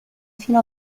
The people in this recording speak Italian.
fino